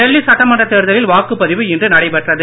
டெல்லி சட்டமன்றத் தேர்தலில் வாக்குபதிவு இன்று நடைபெற்றது